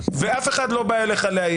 ואף אחד לא בא לאיים עליך,